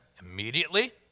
immediately